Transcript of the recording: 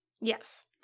Yes